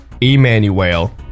Emmanuel